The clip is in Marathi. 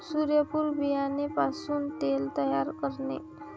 सूर्यफूल बियाणे पासून तेल तयार करणे